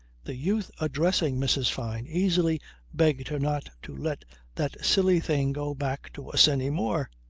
the youth addressing mrs. fyne easily begged her not to let that silly thing go back to us any more.